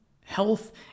health